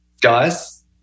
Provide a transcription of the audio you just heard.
guys